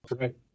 Right